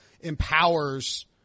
empowers